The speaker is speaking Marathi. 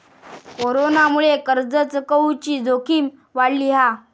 कोरोनामुळे कर्ज चुकवुची जोखीम वाढली हा